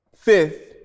Fifth